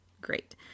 great